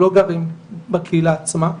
אנחנו לא גרים בקהילה עצמה,